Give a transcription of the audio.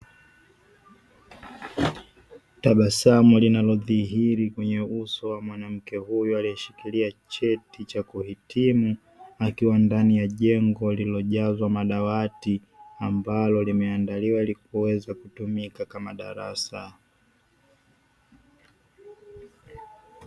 Tabasamu linalodhihiri kwenye uso wa mwanamke huyo aliyeshikilia cheti cha kuhitimu akiwa ndani ya jengo lililojazwa madawati ambalo limeandaliwa ili kuweza kutumika kama darasa.